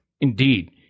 Indeed